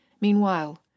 Meanwhile